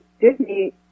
Disney